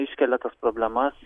iškelia tas problemas